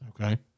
Okay